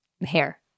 Hair